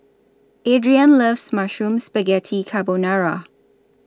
Adriene loves Mushroom Spaghetti Carbonara